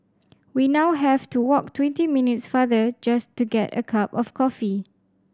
we now have to walk twenty minutes farther just to get a cup of coffee